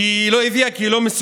היא לא הביאה כי היא לא מסוגלת,